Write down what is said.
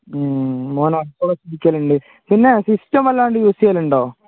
മ് മോൻ ഉറക്കമുളച്ച് ഇരിക്കലുണ്ട് പിന്നെ സിസ്റ്റം വല്ലാണ്ട് യൂസ് ചെയ്യലുണ്ടോ